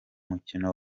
mukino